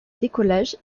décollage